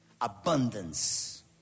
abundance